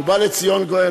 ובא לציון גואל.